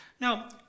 Now